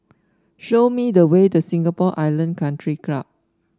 show me the way to Singapore Island Country Club